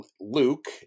Luke